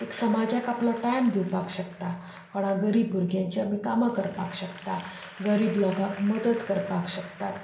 एक समाजाक आपलो टायम दिवपाक शकतात कोणा गरीब भुरग्यांचे बी कामां करपाक शकता गरीब लोकांक मद्दत करपाक शकता